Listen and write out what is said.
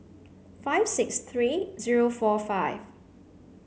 five six three zero four five